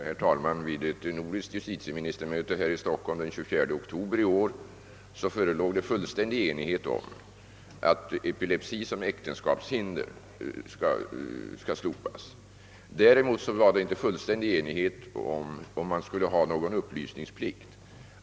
Herr talman! Vid ett nordiskt justitieministermöte i Stockholm den 24 oktober i år förelåg fullständig enighet om att epilepsi skall slopas som äktenskapshinder. Däremot rådde inte enighet om upplysningsplikten.